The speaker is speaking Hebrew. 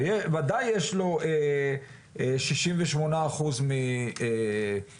ודאי יש לו 68% מגז.